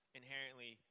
inherently